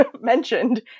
mentioned